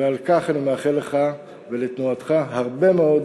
ועל כך אני מאחל לך ולתנועתך הרבה מאוד